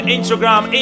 Instagram